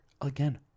again